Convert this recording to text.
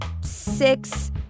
six